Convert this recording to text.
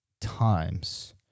times